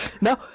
no